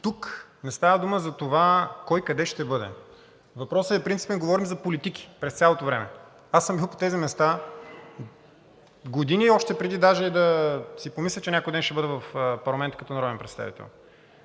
Тук не става дума за това кой къде ще бъде. Въпросът е принципен, говорим за политики през цялото време. Аз съм бил по тези места години още преди даже да си помисля, че някой ден ще бъда в парламента като народен представител.